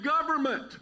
government